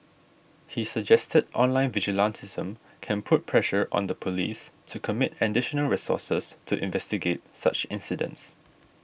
he suggested online vigilantism can put pressure on the police to commit additional resources to investigate such incidents